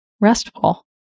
restful